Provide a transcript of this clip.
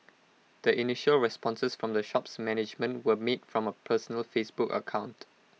the initial responses from the shop's management were made from A personal Facebook account